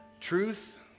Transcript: truth